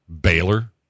Baylor